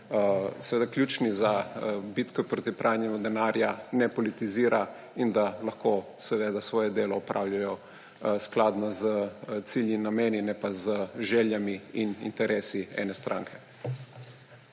seveda ključni za bitko proti pranju denarja, ne politizira in da lahko seveda svoje delo opravljajo skladno z cilj in nameni ne pa z željami in interesi ene stranke.